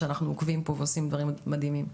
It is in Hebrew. שאנחנו עוקבים פה ועושים דברים מדהימים,